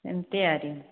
ଏମିତି ଆରି